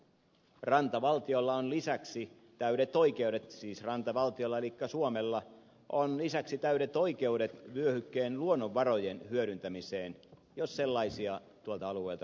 rantavaltiolla on lisäksi täydet oikeudet siis rantavaltiolla elikkä suomella vyöhykkeen luonnonvarojen hyödyntämiseen jos sellaisia tuolta alueelta löytyy